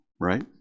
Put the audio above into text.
right